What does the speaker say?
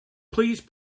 please